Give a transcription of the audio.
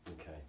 Okay